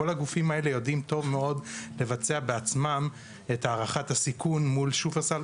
כל הגופים האלה יודעים טוב מאוד לבצע בעצמם את הערכת הסיכון מול שופרסל,